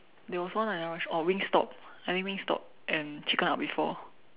there was one I oh Wingstop I think Wingstop and Chicken Up before